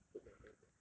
good memories man